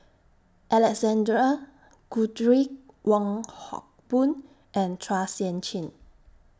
Alexander Guthrie Wong Hock Boon and Chua Sian Chin